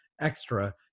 extra